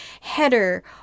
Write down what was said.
header